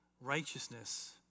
Righteousness